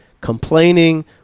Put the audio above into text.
complaining